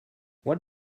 what